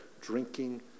drinking